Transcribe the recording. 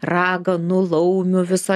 raganų laumių viso